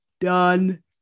Done